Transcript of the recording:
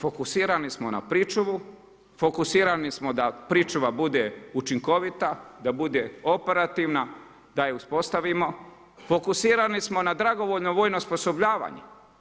Fokusirani smo na pričuvu, fokusirani smo da pričuva bude učinkovita, da bude operativna da je uspostavimo, fokusirani smo na dragovoljno vojno osposobljavanje.